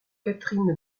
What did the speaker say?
catherine